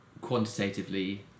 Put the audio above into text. quantitatively